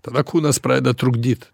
tada kūnas pradeda trukdyt